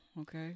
Okay